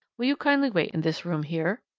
will you kindly wait in this room here?